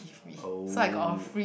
oh